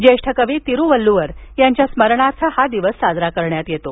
ज्येष्ठ कवी तिरुवल्लुवर यांच्या स्मरणार्थ हा दिवस साजरा करण्यात येतो